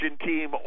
team